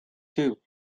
two